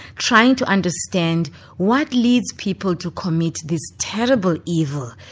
trying to understand what leads people to commit this terrible evil.